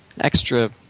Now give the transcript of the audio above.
extra